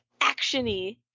action-y